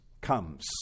comes